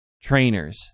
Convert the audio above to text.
trainers